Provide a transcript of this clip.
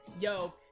yo